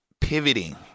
pivoting